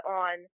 on